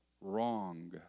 wrong